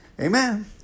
Amen